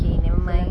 okay nevermind